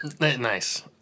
Nice